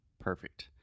Perfect